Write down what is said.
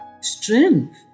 strength